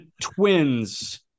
twins